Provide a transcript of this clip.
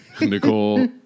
Nicole